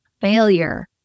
failure